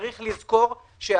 צריך לזכור שהשקעה